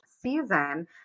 season